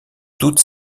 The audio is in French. toute